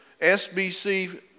SBC